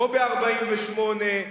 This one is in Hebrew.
כמו ב-1948,